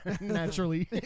Naturally